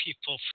people